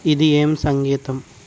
ఇది ఏం సంగీతం